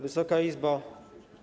Wysoka Izbo!